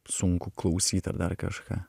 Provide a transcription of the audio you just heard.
sunku klausyt ar dar kažką